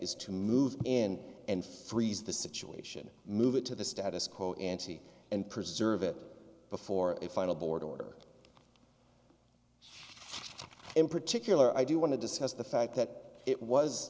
is to move in and freeze the situation move it to the status quo ante and preserve it before a final border in particular i do want to discuss the fact that it was